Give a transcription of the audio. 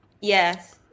Yes